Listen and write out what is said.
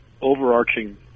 overarching